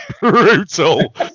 Brutal